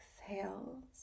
exhales